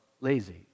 lazy